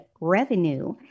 revenue